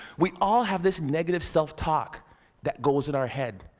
we all have this negative self-talk that goes in our head.